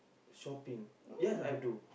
shopping yes I do